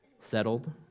settled